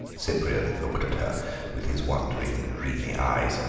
cyprian looked at her with his wondering, dreamy eyes.